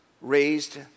raised